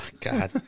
God